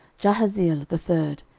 jahaziel the third,